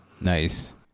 Nice